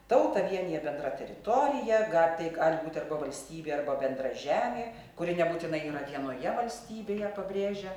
tautą vienija bendra teritorija ga tai gali būti arba valstybė arba bendra žemė kuri nebūtinai eina vienoje valstybėje pabrėžia